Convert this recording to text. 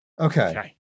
Okay